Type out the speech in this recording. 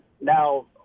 now